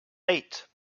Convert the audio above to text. eight